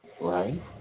Right